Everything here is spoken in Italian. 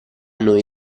noi